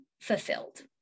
fulfilled